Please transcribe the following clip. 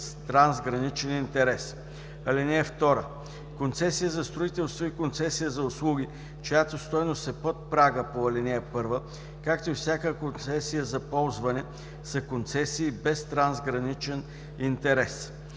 трансграничен интерес. (2) Концесия за строителство и концесия за услуги, чиято стойност е под прага по ал. 1, както и всяка концесия за ползване са концесии без трансграничен интерес.